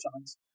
chance